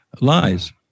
lies